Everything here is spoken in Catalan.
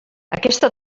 aquesta